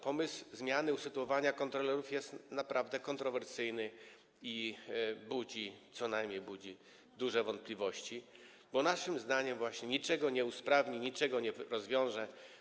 Pomysł zmiany usytuowania kontrolerów jest naprawdę kontrowersyjny i co najmniej budzi duże wątpliwości, bo naszym zdaniem niczego to nie usprawni, niczego nie rozwiąże.